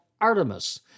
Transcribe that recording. Artemis